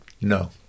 No